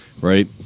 right